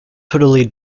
totally